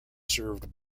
served